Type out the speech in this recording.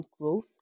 growth